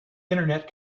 internet